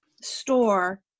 store